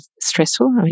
stressful